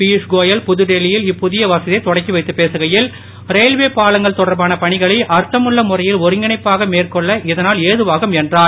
பியூஷ்கோயல் புதுடெல்லியில் இப்புதிய வசதியை தொடக்கி வைத்து பேசகையில் ரயில்வே பாலங்கள் தொடர்பான பணிகளை அர்த்தமுன்ள முறையில் ஒருங்கிணைப்பாக மேற்கொள்ள இதனால் ஏதுவாகும் என்றார்